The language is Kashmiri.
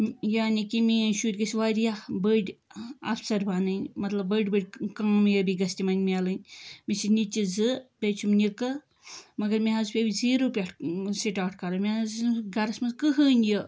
یعنے کہِ مِیٲنۍ شُرۍ گٔژھۍ واریاہ بٔڑۍ اَفسر بَنٕنۍ مطلب بٔڑۍ بٔڑۍ کامیٲبی گٔژھِ تِمن میلٕنۍ مےٚ چھِ نِچہِ زٕ بییٚہِ چھُم نِکہٕ مگر مےٚ حظ پِیٚو زیٖرو پٮ۪ٹھٕ سِٹاٹ کَرُن مےٚ حظ ٲس نہٕ گَرس منٛز کٕہٕنۍ یہِ